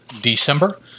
December